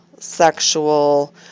sexual